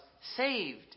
saved